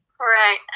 Right